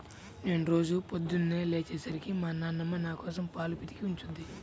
నేను రోజూ పొద్దన్నే లేచే సరికి మా నాన్నమ్మ నాకోసం పాలు పితికి ఉంచుద్ది